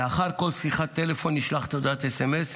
לאחר כל שיחת טלפון נשלחת הודעת סמס.